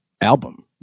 album